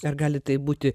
ar gali taip būti